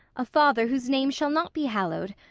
a father whose name shall not be hallowed,